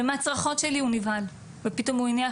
ומהצרחות שלי הוא נבהל ופתאום הוא הניח